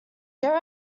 there